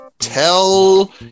tell